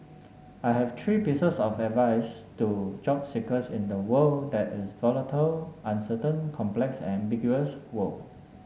I have three pieces of advice to job seekers in the world that is volatile uncertain complex and ambiguous world